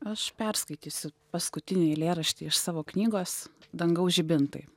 aš perskaitysiu paskutinį eilėraštį iš savo knygos dangaus žibintai